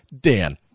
Dan